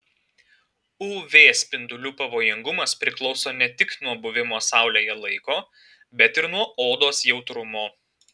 uv spindulių pavojingumas priklauso ne tik nuo buvimo saulėje laiko bet ir nuo odos jautrumo